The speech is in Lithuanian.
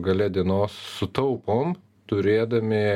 gale dienos sutaupom turėdami